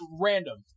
random